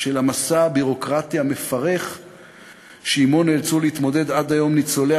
של המסע הביורוקרטי המפרך שעמו נאלצו להתמודד עד היום ניצולי